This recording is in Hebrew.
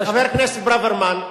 חבר הכנסת ברוורמן,